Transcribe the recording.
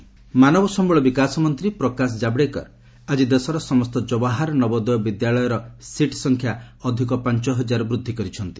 ଜାଭଡେକର ମାନବ ସମ୍ଭଳ ବିକାଶ ମନ୍ତ୍ରୀ ପ୍ରକାଶ ଜାବ୍ଡେକର ଆଜି ଦେଶର ସମସ୍ତ ଜବାହାର ନବୋଦୟ ବିଦ୍ୟାଳୟର ସିଟ୍ ସଂଖ୍ୟା ଅଧିକ ପାଞ୍ଚ ହଜାର ବୃଦ୍ଧି କରିଛନ୍ତି